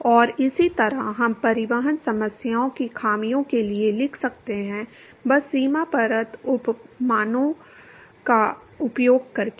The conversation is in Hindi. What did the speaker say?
और इसी तरह हम परिवहन समस्याओं की खामियों के लिए लिख सकते हैं बस सीमा परत उपमाओं का उपयोग करके